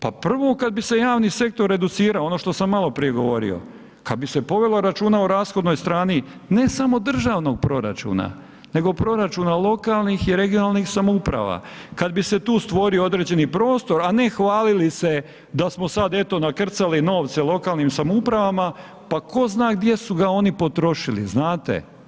Pa prvo kad bi se javni sektor reducirao, ono što sam maloprije govorio, kad bi se povelo računa o rashodovnoj strani ne samo državnog proračuna nego proračuna lokalnih i regionalnih samouprava, kad bi se tu stvorio određeni prostor a ne hvalili se da smo sad eto nakrcali novce lokalnim samoupravama, pa ko zna gdje su ga oni potrošili, znate.